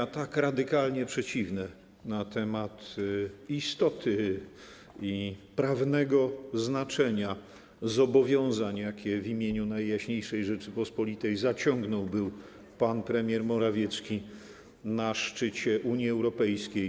Są tak radykalnie przeciwne zdania na temat istoty i prawnego znaczenia zobowiązań, jakie w imieniu Najjaśniejszej Rzeczypospolitej zaciągnął był pan premier Morawiecki na szczycie Unii Europejskiej.